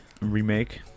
Remake